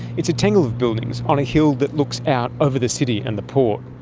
it's a tangle of buildings on a hill that looks out over the city and the port.